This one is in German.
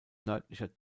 nördlicher